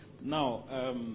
now